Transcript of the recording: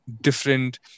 different